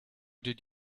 did